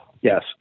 Yes